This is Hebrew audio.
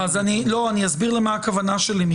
אסביר למה הכוונה שלי: